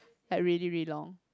like really really long